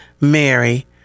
Mary